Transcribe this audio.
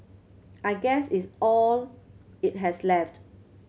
I guess it's all it has left